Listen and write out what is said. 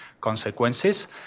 consequences